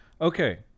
okay